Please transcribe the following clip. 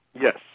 Yes